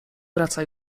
wraca